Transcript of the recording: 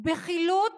בחילוט